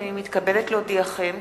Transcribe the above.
הנני מתכבדת להודיעכם,